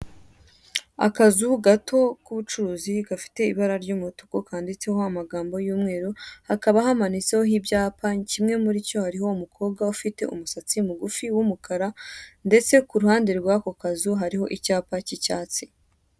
Akazu gato k'ubucuruzi gafite ibara ry'umutuku, kanditse ho amagambo y'umweru, hakaba hamanitseho ibyapa, kimwe muri cyo, hariho umukobwa ufite umusatsi mugufi w'umukara, ndetse ku ruhande rwako kazu, hariho icyapa k'icyatsi.